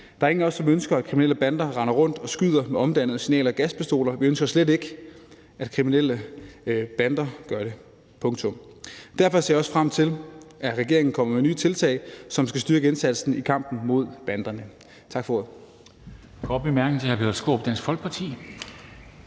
Der er ingen af os, som ønsker, at kriminelle bander render rundt og skyder med omdannede signal- og gaspistoler – vi ønsker slet ikke, at kriminelle bander gør det. Punktum. Derfor ser jeg også frem til, at regeringen kommer med nye tiltag, som skal styrke indsatsen i kampen mod banderne. Tak for ordet.